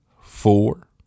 four